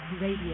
Radio